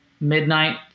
midnight